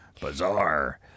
Bizarre